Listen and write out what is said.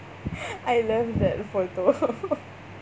I love that photo